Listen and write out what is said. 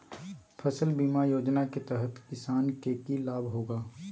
फसल बीमा योजना के तहत किसान के की लाभ होगा?